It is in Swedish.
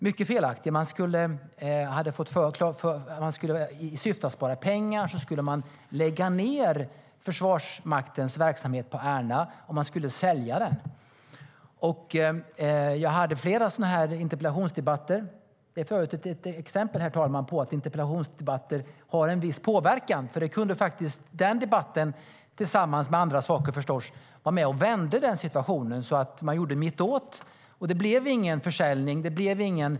Den var mycket felaktig. I syfte att spara pengar skulle man lägga ned Försvarsmaktens verksamhet på Ärna, och man skulle sälja den. Jag hade flera interpellationsdebatter. Det är för övrigt ett exempel, herr talman, på att interpellationsdebatter har en viss påverkan. Den debatten, tillsammans med andra saker, förstås, bidrog faktiskt till att vända den situationen så att man gjorde mittåt. Det blev ingen försäljning.